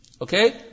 Okay